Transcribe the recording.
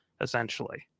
essentially